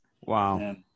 Wow